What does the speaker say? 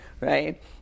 right